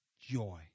joy